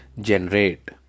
generate